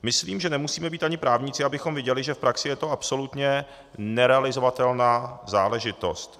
Myslím, že nemusíme být ani právníci, abychom viděli, že v praxi je to absolutně nerealizovatelná záležitost.